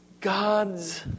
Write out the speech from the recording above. God's